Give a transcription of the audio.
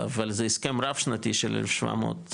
אבל זה הסכם רב-שנתי של 1,700,